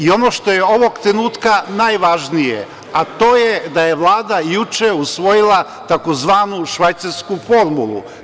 Ono što je ovog trenutka najvažnije, to je da je Vlada juče usvojila tzv. "švajcarsku formulu"